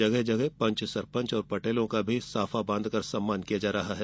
जगह जगह पंच सरपंच और पटेलों का साफा बांधकर सम्मान किया जा रहा है